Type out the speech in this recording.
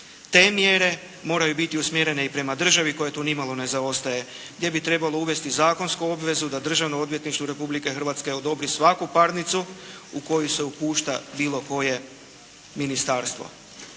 Te mjere moraju biti usmjerene i prema državi koja tu nimalo ne zaostaje, gdje bi trebalo uvesti zakonsku obvezu da Državno odvjetništvo Republike Hrvatske odobri svaki parnicu u koju se upušta bilo koje ministarstvo.